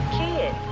kid